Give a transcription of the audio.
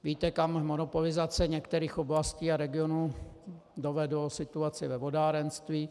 Víte, kam monopolizace některých oblastí a regionů dovedla situaci ve vodárenství.